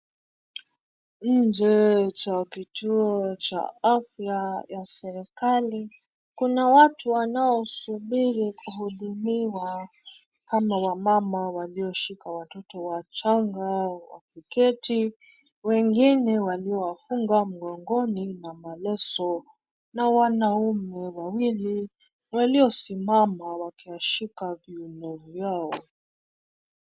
Nje cha kituo cha afya ya serikali, kuna watu wanaosubiri kuhudumiwa kama wamama walioshika watoto wachanga wakiketi, wengine waliowafunga mgongoni na maleso, na wanaume wawili waliosimama wakiyashika viuno vyao.